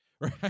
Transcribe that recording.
Right